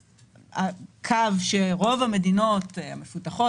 הקו שקבעו רוב המדינות המפותחות